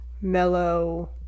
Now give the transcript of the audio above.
mellow